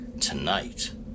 tonight